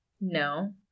No